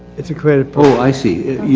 it's a credit pool i see.